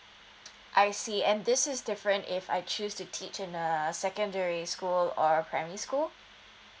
I see and this is different if I choose to teach in a secondary school school or primary school